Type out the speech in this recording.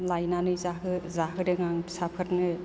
लायनानै जाहोदों आं फिसाफोरनो